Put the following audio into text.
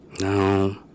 No